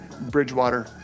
Bridgewater